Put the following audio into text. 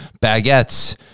baguettes